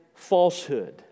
falsehood